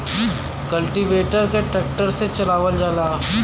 cultivator के tractor से चलावल जाला